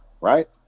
right